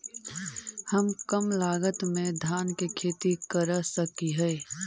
हम कम लागत में धान के खेती कर सकहिय?